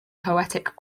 poetic